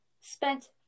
spent